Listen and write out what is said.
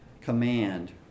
command